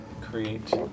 create